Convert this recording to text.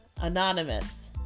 Anonymous